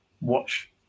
watch